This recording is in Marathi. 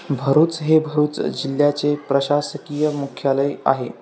भरूच हे भरूच जिल्ह्याचे प्रशासकीय मुख्यालय आहे